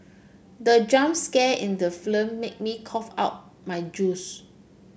the jump scare in the made me cough out my juice